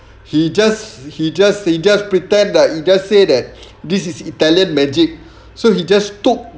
he just he just he just pretend that he just say that this is italian magic so he just took